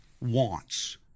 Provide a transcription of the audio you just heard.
wants